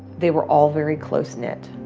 they were all very close knit.